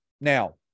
Now